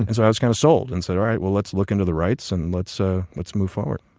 and so i was kind of sold, and said, all right. well, let's look into the rights and let's so let's move forward.